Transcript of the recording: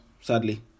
sadly